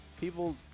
People